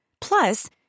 Plus